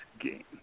game